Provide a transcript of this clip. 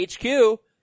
HQ